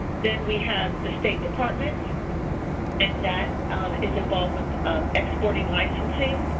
then we have the state department and that is involved with exporting licensing.